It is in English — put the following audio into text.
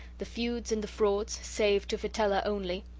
the feuds and the frauds, save to fitela only,